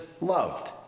loved